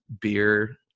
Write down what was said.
beer